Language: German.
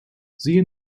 siehe